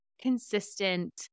consistent